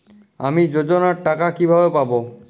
আমি যোজনার টাকা কিভাবে পাবো?